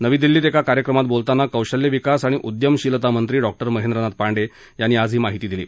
नवी दिल्लीत एका कार्यक्रमात बोलताना कौशल्य विकास आणि उद्यमशीलता मंत्री डॉक्टर महेंद्रनाथ पांडे यांनी आज ही माहिती दिली